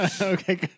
Okay